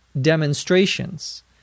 demonstrations